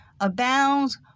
abounds